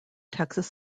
texas